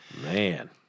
Man